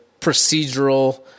procedural –